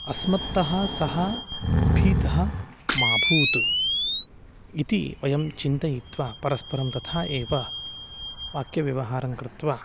अस्मत्तः सः भीतः मा भूत् इति वयं चिन्तयित्वा परस्परं तथा एव वाक्यव्यवहारं कृत्वा